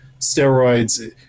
steroids